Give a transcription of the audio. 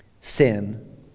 Sin